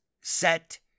set